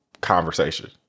conversation